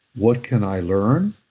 what can i learn?